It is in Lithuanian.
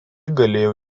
galėjo